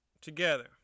together